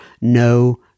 no